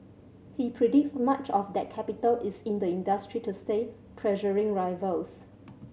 he predicts much of that capital is in the industry to stay pressuring rivals